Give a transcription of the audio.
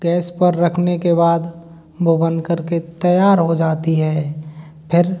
gas पर रखने के बाद वो बनकर के तैयार हो जाती है फिर